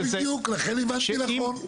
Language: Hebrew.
בדיוק זה, לכן הבנתי נכון.